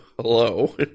hello